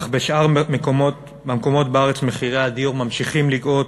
אך בשאר המקומות בארץ מחירי הדיור ממשיכים לגאות,